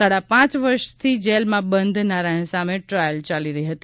સાડા પાંચ વર્ષથી જેલમાં બંધ નારાયણ સામે ટ્રાયલ ચાલી રહી હતી